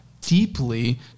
deeply